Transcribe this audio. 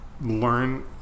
learn